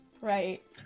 Right